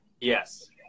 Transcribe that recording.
Yes